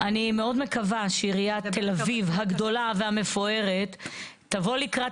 -- אני מאוד מקווה שעירית תל אביב הגדולה והמפוארת תבוא לקראת